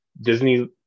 Disney